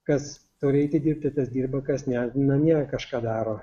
kas turi eiti dirbti tas dirba kas ne namie kažką daro